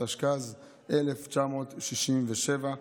התשכ"ז 1967,